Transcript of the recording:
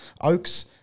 Oaks